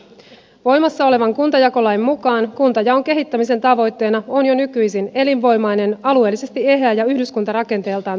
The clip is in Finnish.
voimassa olevan kuntajakolain mukaan kuntajaon kehittämisen tavoitteena on jo nykyisin elinvoimainen alueellisesti eheä ja yhdyskuntarakenteeltaan toimiva kuntarakenne